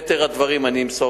את יתר הדברים אני אמסור,